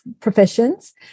professions